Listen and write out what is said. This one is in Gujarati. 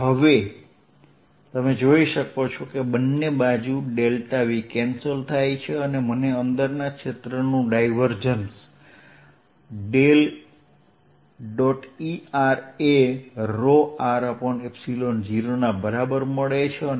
અને હવે તમે જોઈ શકો છો કે બંને બાજુ v કેન્સલ થશે અને મને અંદરના ક્ષેત્રનું ડાયવર્જન્સ ∇E એ ৎ0 ના બરાબર મળે છે